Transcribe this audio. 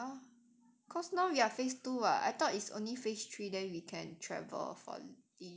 cause now we are phase two [what] I thought it's only phase three then we can travel for leisure